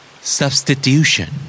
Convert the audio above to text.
Substitution